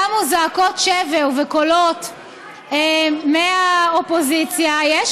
קמו זעקות שבר וקולות מהאופוזיציה, מה הקשר?